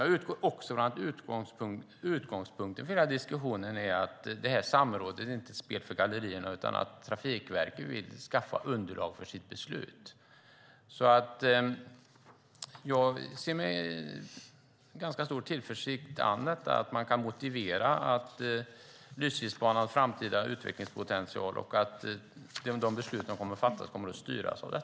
Jag utgår också från att utgångspunkten för hela diskussionen är att samrådet inte är ett spel för gallerierna utan att Trafikverket vill skaffa underlag för sitt beslut. Jag ser med ganska stor tillförsikt an att man kan motivera Lysekilsbanans framtida utvecklingspotential och att det beslut som kommer att fattas kommer att styras av det.